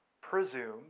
presume